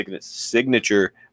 signature